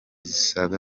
zisaga